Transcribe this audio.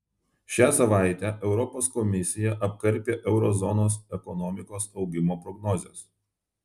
šią savaitę europos komisija apkarpė euro zonos ekonomikos augimo prognozes